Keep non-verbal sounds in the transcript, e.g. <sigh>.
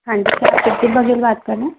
हाँ जी सर <unintelligible> बात कर रहें हैं